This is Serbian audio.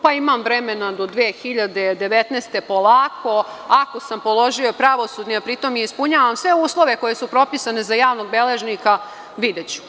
Pa imam vremena do 2019, polako, ako sam položio pravosudni, a pri tom i ispunjavam sve uslove koji su propisani za javnog beležnika, videću.